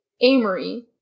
Amory